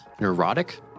neurotic